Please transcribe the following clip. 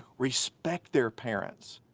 respect their parents,